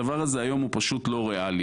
והדבר הזה היום הוא פשוט לא ריאלי.